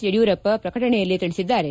ಯಡಿಯೂರಪ್ಪ ಪ್ರಕಟಣೆಯಲ್ಲಿ ತಿಳಿಸಿದ್ದಾರೆ